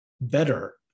better